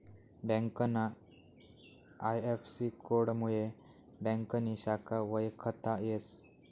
ब्यांकना आय.एफ.सी.कोडमुये ब्यांकनी शाखा वयखता येस